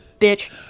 bitch